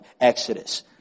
Exodus